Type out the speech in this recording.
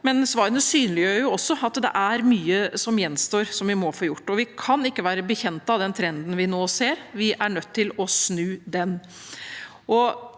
men svarene synliggjør også at det er mye som gjenstår, og som vi må få gjort. Vi kan ikke være bekjent av den trenden vi nå ser. Vi er nødt til å snu den.